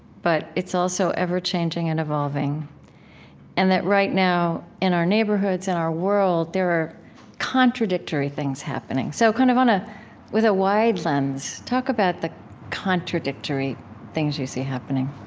but it's also everchanging and evolving and that right now, in our neighborhoods and our world, there are contradictory things happening. so, kind of ah with a wide lens, talk about the contradictory things you see happening